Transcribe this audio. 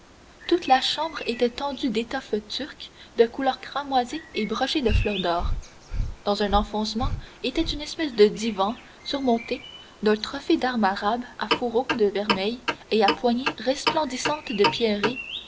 toute la chambre était tendue d'étoffes turques de couleur cramoisie et brochées de fleurs d'or dans un enfoncement était une espèce de divan surmonté d'un trophée d'armes arabes à fourreaux de vermeil et à poignées resplendissantes de pierreries